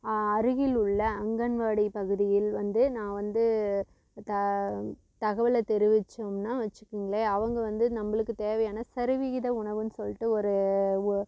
அருகிலுள்ள அங்கன்வாடி பகுதியில் வந்து நான் வந்து த தகவலை தெரிவிச்சோம்னால் வச்சிக்கோங்களேன் அவங்க வந்து நம்மளுக்கு தேவையான சரிவிகித உணவுன்னு சொல்லிட்டு ஒரு ஒ